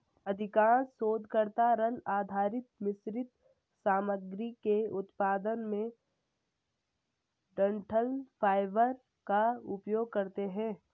अधिकांश शोधकर्ता राल आधारित मिश्रित सामग्री के उत्पादन में डंठल फाइबर का उपयोग करते है